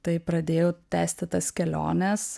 tai pradėjau tęsti tas keliones